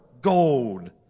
gold